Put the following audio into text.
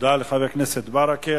תודה לחבר הכנסת ברכה.